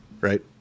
right